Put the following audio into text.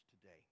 today